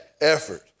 effort